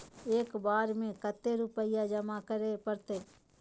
एक बार में कते रुपया जमा करे परते?